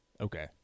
Okay